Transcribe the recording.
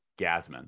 Gasman